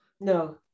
no